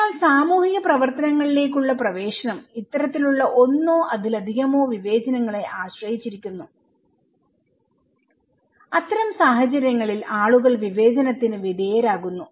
അതിനാൽ സാമൂഹിക പ്രവർത്തനങ്ങളിലേക്കുള്ള പ്രവേശനം ഇത്തരത്തിലുള്ള ഒന്നോ അതിലധികമോ വിവേചനങ്ങളെ ആശ്രയിച്ചിരിക്കുന്നു അത്തരം സാഹചര്യങ്ങളിൽ ആളുകൾ വിവേചനത്തിന് വിധേയരാകുന്നു